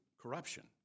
corruption